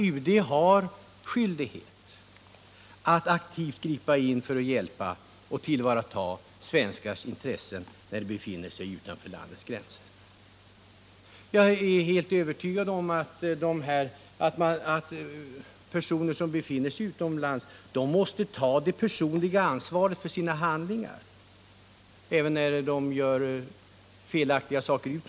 UD har skyldighet att aktivt gripa in för att hjälpa svenskar och tillvarata deras intressen när de befinner sig utanför landets gränser. Jag är naturligtvis medveten om att personer som befinner sig utomlands måste ta det personliga ansvaret för sina egna handlingar.